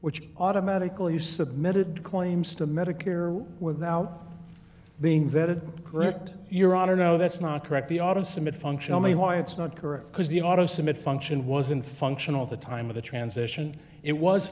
which automatically you submitted claims to medicare without being vetted correct your honor no that's not correct the auto submit functional me why it's not correct because the auto submit function was in functional the time of the transition it was